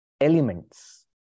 elements